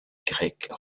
grecques